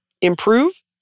improve